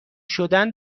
شدن